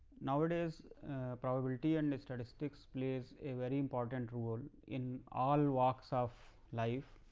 nowadays probability, and and sort of statics plays a very important rule in all walks of life,